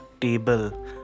table